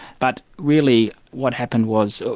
but really, what happened was,